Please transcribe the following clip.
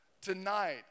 tonight